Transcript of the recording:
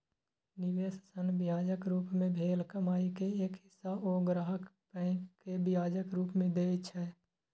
निवेश सं ब्याजक रूप मे भेल कमाइ के एक हिस्सा ओ ग्राहक कें ब्याजक रूप मे दए छै